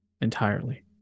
entirely